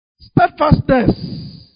steadfastness